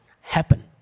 happen